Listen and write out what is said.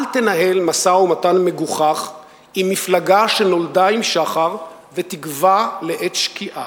אל תנהל משא-ומתן מגוחך עם מפלגה שנולדה עם שחר ותגווע לעת שקיעה.